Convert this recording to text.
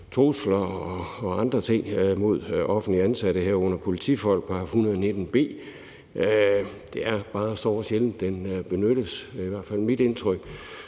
trusler og andre ting mod offentligt ansatte, herunder politifolk, nemlig § 119 b. Det er bare såre sjældent, den benyttes – det er i hvert fald mit indtryk